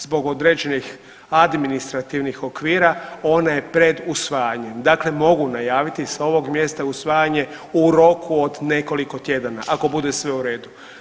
Zbog određenih administrativnih okvira, ona je pred usvajanjem, dakle mogu najaviti s ovog mjesta usvajanje u roku od nekoliko tjedana, ako bude sve u redu.